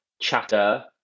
chatter